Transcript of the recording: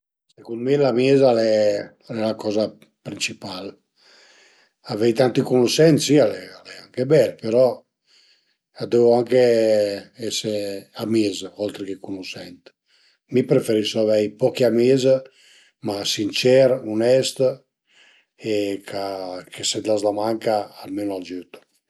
Secund mi l'amis al e la coza principal, avei tanti cunusent si al e al e anche bel però a dövu anche ese amis oltre che cunusent. Mi preferisu avei pochi amis, ma sincer, unest e cha che se t'las da manca almenu a giütu